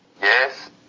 Yes